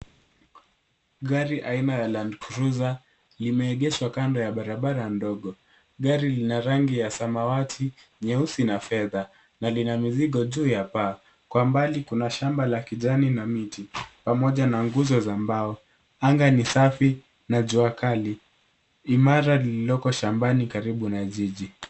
Gari aina ya landcruiser limeegeshwa kando ya barabara